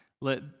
let